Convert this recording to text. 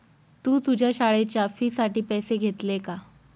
तू तुझ्या शाळेच्या फी साठी पैसे घेतले का?